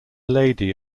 lady